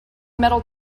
metal